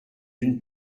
d’une